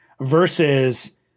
versus